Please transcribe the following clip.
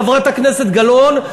חברת הכנסת גלאון,